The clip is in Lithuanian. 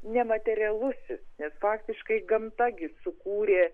nematerialusis nes faktiškai gamta gi sukūrė